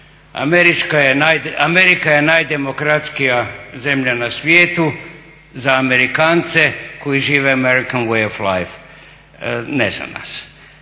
Amerika je najdemokratskija zemlja na svijetu za Amerikance koji žive american way of life. Ne za nas.